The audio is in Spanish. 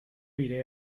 iré